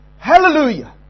Hallelujah